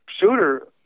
Shooter